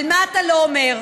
אבל מה אתה לא אומר?